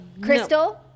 Crystal